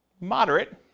Moderate